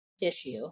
issue